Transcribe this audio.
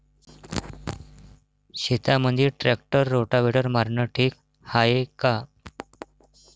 शेतामंदी tractor rotavator मारनं ठीक हाये का?